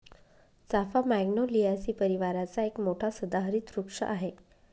चाफा मॅग्नोलियासी परिवाराचा एक मोठा सदाहरित वृक्ष आहे